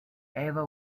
eva